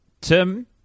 Tim